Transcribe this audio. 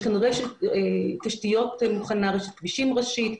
יש כאן רשת תשתיות מוכנה, רשת כבישים ראשית,